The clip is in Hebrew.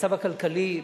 המצב הכלכלי,